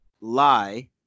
lie